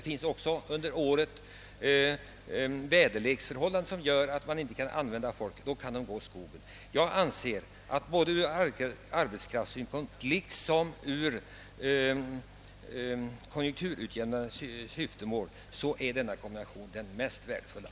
Likaså då väderleksförhållandena gör det omöjligt att arbeta på åkern. Jag anser därför att denna kombination jord och skog ur arbetskraftssynpunkt och även när det gäller att utjämna konjunkturerna är den mest värdefulla brukningsformen. Men det är klart att ur socialistisk synpunkt är det inte populärt.